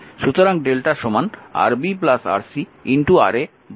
সুতরাং lrmΔ Rb Rc Ra Ra Rb Rc